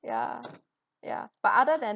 ya ya but other than